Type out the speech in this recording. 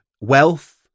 wealth